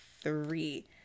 three